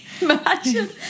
Imagine